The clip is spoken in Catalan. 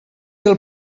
del